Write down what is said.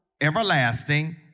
everlasting